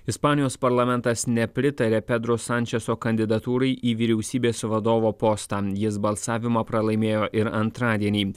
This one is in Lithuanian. ispanijos parlamentas nepritarė pedro sančeso kandidatūrai į vyriausybės vadovo postą jis balsavimą pralaimėjo ir antradienį